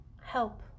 help